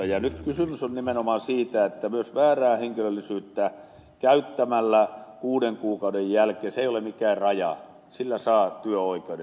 ja nyt kysymys on nimenomaan siitä että myös väärää henkilöllisyyttä käyttämällä kuuden kuukauden jälkeen se ei ole mikään raja saa työoikeuden